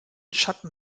schatten